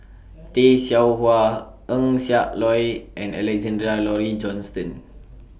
Tay Seow Huah Eng Siak Loy and Alexander Laurie Johnston